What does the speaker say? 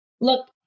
Look